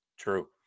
True